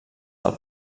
del